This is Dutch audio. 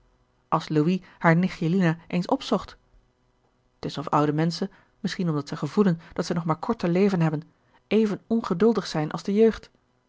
als louis haar nichtje lina eens opzocht t is of oude menschen misschien omdat zij gevoelen dat zij nog maar kort te leven hebben even ongeduldig zijn als de jeugd